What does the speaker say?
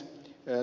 tuo ed